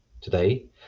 Today